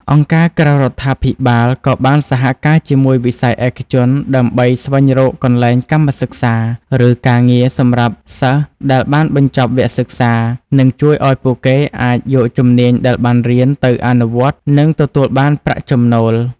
អង្គការក្រៅរដ្ឋាភិបាលក៏បានសហការជាមួយវិស័យឯកជន ដើម្បីស្វែងរកកន្លែងកម្មសិក្សា ឬការងារសម្រាប់សិស្សដែលបានបញ្ចប់វគ្គសិក្សា ដែលជួយឱ្យពួកគេអាចយកជំនាញដែលបានរៀនទៅអនុវត្ត និងទទួលបានប្រាក់ចំណូល។